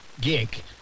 gig